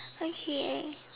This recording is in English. okay